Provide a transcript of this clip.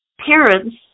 parents